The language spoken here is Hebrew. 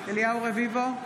אליהו רביבו,